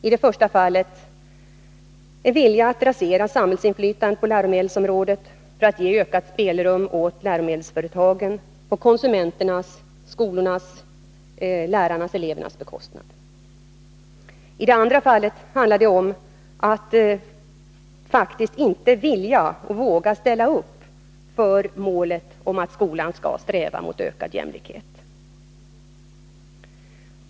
I det första fallet: en vilja att rasera samhällsinflytandet på läromedelsområdet för att ge ökat spelrum åt läromedelsföretagen på konsumenternas, dvs. skolornas, lärarnas och elevernas, bekostnad. I det andra fallet handlar det om att faktiskt inte vilja eller våga stå upp för målet att skolan skall sträva mot ökad jämlikhet.